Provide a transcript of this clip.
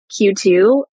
Q2